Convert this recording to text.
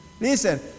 Listen